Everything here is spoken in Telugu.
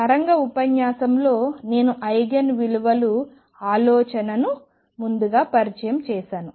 తరంగ ఉపన్యాసంలో నేను ఐగెన్ విలువలు ఆలోచనను ముందుగా పరిచయం చేసాను